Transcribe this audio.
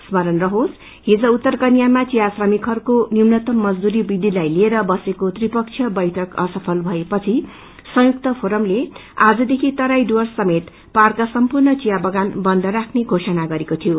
स्मरण रहोसहिज उत्तर कन्यामा चिया श्रमिकहरूको न्यूनतम मजदुरी वृद्खिलाई लिएर बसेको त्रिपक्षीय बैङ्क असुल भएपछि संयुक्त फोरमले आज देखि तराई डुव्रस समेत पहाड़का सम्पूर्ण थिया बगान बन्द राख्ने घोषणा गरेको शिथिो